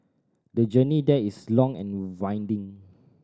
the journey there is long and winding